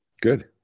Good